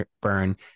burn